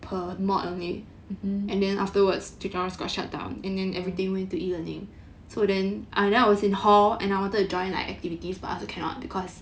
mmhmm oh